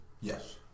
Yes